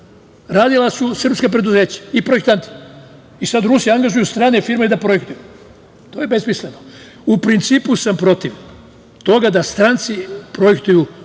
Radila su srpska preduzeća i projektanti. I sad Rusi angažuju strane firme da projektuju. To je besmisleno. U principu sam protiv toga da samo stranci projektuju tako